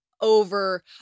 over